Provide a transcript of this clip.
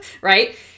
right